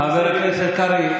חבר הכנסת קרעי,